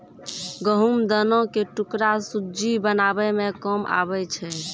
गहुँम दाना के टुकड़ा सुज्जी बनाबै मे काम आबै छै